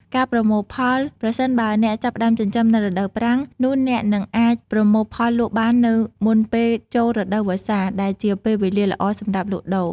ការប្រមូលផល ប្រសិនបើអ្នកចាប់ផ្ដើមចិញ្ចឹមនៅរដូវប្រាំង នោះអ្នកនឹងអាចប្រមូលផលលក់បាននៅមុនពេលចូលរដូវវស្សា ដែលជាពេលវេលាល្អសម្រាប់លក់ដូរ។